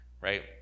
right